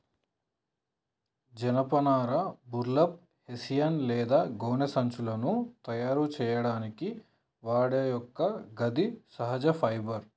జనపనార burlap, hessian లేదా గోనె సంచులను తయారు సేయడానికి వాడే ఒక మొక్క గిది సహజ ఫైబర్